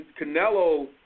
Canelo